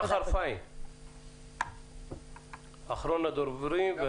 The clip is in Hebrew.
שחר פיין, בבקשה, אחרון הדוברים.